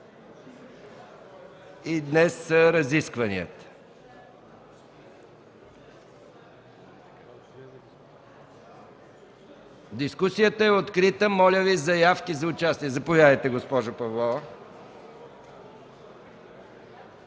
днес са разискванията. Дискусията е открита, моля Ви заявки за участие. Заповядайте, госпожо Павлова.